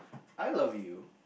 I love you